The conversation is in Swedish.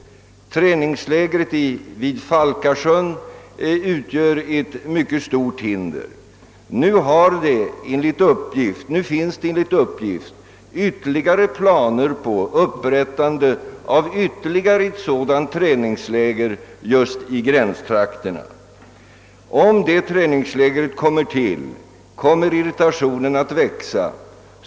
Träningslägret vid Falkasjön utgör ett mycket stort hinder. Nu föreligger enligt uppgift planer på upprättande av ytterligare ett sådant träningsläger just i gränstrakterna, och om detta träningsläger förverkligas kommer irritationen att växa.